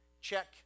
check